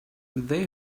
they